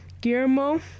Guillermo